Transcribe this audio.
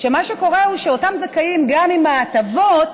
שמה שקורה הוא שאותם זכאים, גם עם ההטבות,